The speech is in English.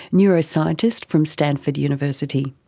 neuroscientist from stanford university.